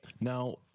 now